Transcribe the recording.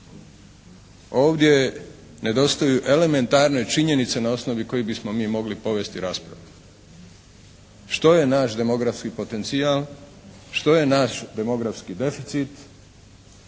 Ovdje nedostaju elementarne činjenice na osnovi kojih bismo mi mogli povesti raspravu. Što je naš demografski potencijal? Što je naš demografski deficit?